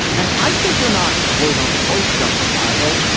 and i think they're not, quote unquote, justifiable.